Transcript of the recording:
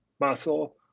muscle